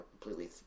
completely